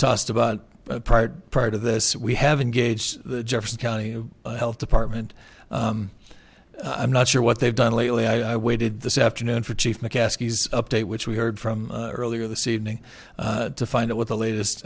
tossed about a prior prior to this we have engaged the jefferson county health department i'm not sure what they've done lately i waited this afternoon for chief mccaskey update which we heard from earlier this evening to find out what the latest